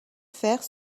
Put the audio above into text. faire